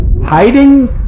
hiding